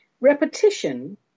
Repetition